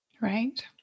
Right